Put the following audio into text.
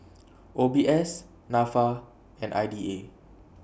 O B S Nafa and I D A